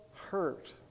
hurt